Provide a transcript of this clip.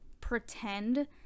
pretend